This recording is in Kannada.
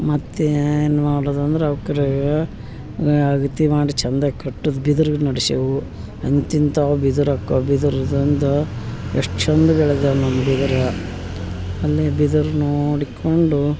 ಮತ್ತು ಏನು ಮಾಡೋದಂದ್ರೆ ಅವ್ಕೆ ರೇ ಅಗತಿ ಮಾಡಿ ಚಂದ ಕಟ್ಟುದು ಬಿದ್ರು ನೆಡ್ಸೇವು ಅಂಥ ಇಂಥವು ಬಿದರಕ್ಕವೆ ಬಿದರದಿಂದ ಎಷ್ಟು ಚಂದ ಬೆಳೆದಾವೆ ನಮ್ಮ ಬಿದರು ಅಲ್ಲಿ ಬಿದರು ನೋಡಿಕೊಂಡು